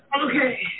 Okay